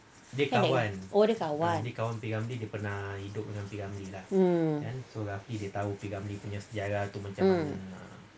mana oh dia kawan um mm